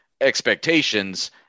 expectations